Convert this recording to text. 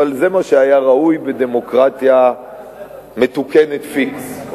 אבל זה מה שהיה ראוי בדמוקרטיה מתוקנת פיקס.